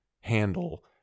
handle